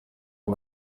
aba